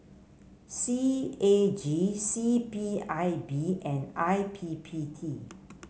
C A G C P I B and I P P T